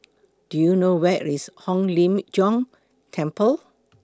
Do YOU know Where IS Hong Lim Jiong Temple